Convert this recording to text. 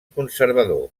conservador